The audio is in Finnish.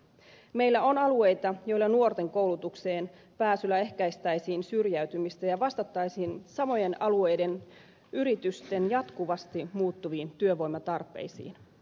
meillä on alueita joilla nuorten koulutukseen pääsyllä ehkäistäisiin syrjäytymistä ja vastattaisiin samojen alueiden yritysten jatkuvasti muuttuviin työvoimatarpeisiin